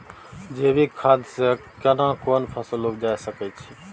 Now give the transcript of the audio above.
जैविक खाद से केना कोन फसल उपजा सकै छि?